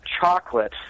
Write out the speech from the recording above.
chocolate